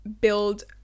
build